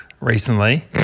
recently